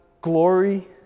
glory